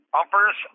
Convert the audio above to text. Bumpers